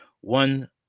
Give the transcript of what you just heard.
One